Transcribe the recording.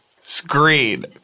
screen